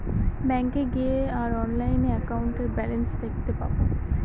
ব্যাঙ্কে গিয়ে আর অনলাইনে একাউন্টের ব্যালান্স দেখতে পাবো